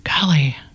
Golly